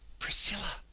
priscilla,